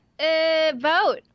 vote